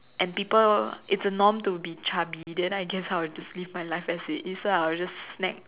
and people it's a norm to be chubby then I guess I'll just live my life as it is lah I'll just snack